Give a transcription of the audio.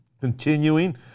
Continuing